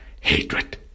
hatred